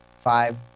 Five